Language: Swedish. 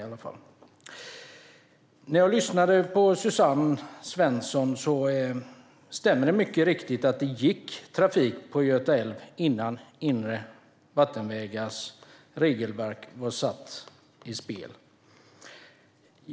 Det stämmer mycket riktigt vad Suzanne Svensson sa om att det gick trafik på Göta älv innan regelverk för inre vattenvägar fanns.